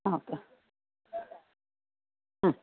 ആ ഓക്കെ